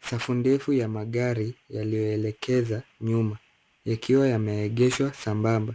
Safu ndefu ya magari yaliyoelekeza nyuma ,yakiwa yameegeshwa sambamba ,